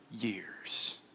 years